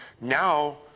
now